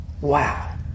Wow